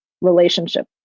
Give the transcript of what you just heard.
relationship